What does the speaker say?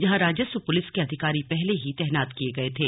जहां राजस्व पुलिस के अधिकारी पहले ही तैनात किये गये थे